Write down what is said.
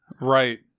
Right